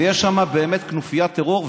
ויש שם באמת כנופיית טרור,